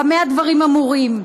במה הדברים אמורים?